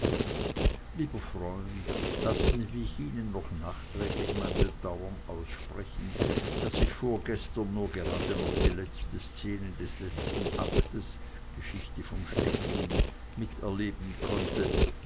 lieber freund lassen sie mich ihnen noch nachträglich mein bedauern aussprechen daß ich vorgestern nur gerade noch die letzte szene des letzten aktes geschichte vom stechlin miterleben konnte